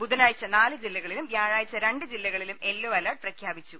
ബുധനാഴ്ച നാല് ജില്ലകളിലും വ്യാഴാഴ്ച രണ്ട് ജില്ലകളിലും യെല്ലോ അലർട്ട് പ്രഖ്യാപിച്ചു